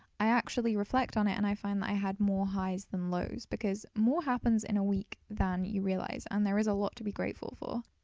i actually reflect on it and i find that i had more highs than lows because more happens in a week than you realise and there is a lot to be grateful for.